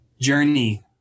Journey